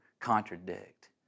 contradict